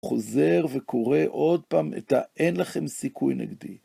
חוזר וקורא עוד פעם את האין לכם סיכוי נגדי.